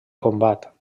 combat